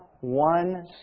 one